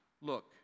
Look